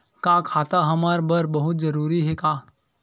का खाता हमर बर बहुत जरूरी हे का?